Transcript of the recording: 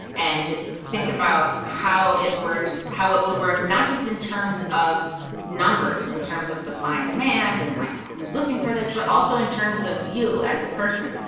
and think about how it works, how it would work not just in terms of numbers, in terms of supply and demand and like who's looking for this, but also in terms of you as a person.